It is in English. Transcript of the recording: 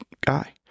guy